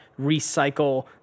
recycle